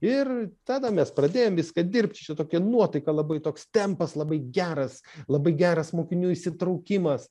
ir tada mes pradėjom viską dirbt tokia nuotaika labai toks tempas labai geras labai geras mokinių įsitraukimas